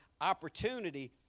opportunity